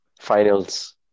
Finals